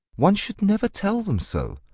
one should never tell them so,